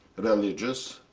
religious.